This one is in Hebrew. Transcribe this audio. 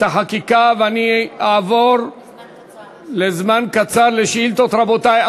החקיקה ואני אעבור לזמן קצר לשאילתות, רבותי.